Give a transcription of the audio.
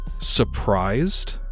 surprised